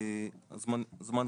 הזמן קצר.